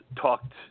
talked